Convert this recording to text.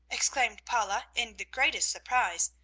exclaimed paula, in the greatest surprise.